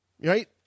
right